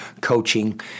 coaching